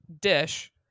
dish